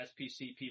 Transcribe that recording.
SPCP